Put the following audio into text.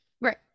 Right